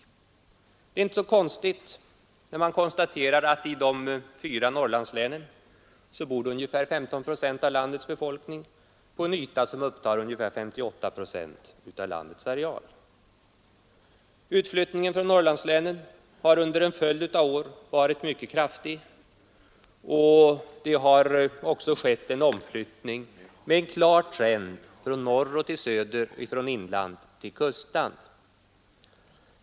Detta är inte så konstigt när man konstaterar att i de fem Norrlandslänen bor ungefär 15 procent av landets befolkning på en yta som upptar ca 58 procent av landets areal. Utflyttningen från Norrlandslänen har under en följd av år varit mycket kraftig, och det har också skett en omflyttning med en klar trend från norr till söder och från inland till kustland.